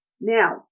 Now